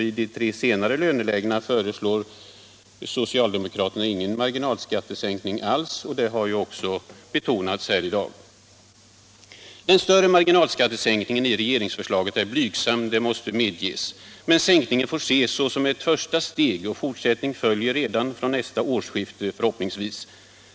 I de tre senare lönelägena föreslår socialdemokraterna ingen marginalskattesänkning alls. Det har ju också betonats här i dag. Den större marginalskattesänkningen i regeringsförslaget är blygsam, det måste medges. Men sänkningen får ses som ett första steg, och fortsättning följer redan från nästa årsskifte, förhoppningsvis.